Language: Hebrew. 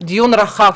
דיון רחב,